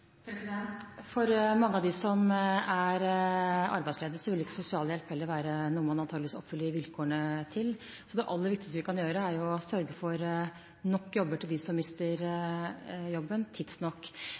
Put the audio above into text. For mange av dem som er arbeidsledige, vil heller ikke sosialhjelp være noe man antageligvis oppfyller vilkårene for, så det aller viktigste vi kan gjøre, er å sørge for nok jobber til dem som mister